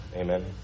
Amen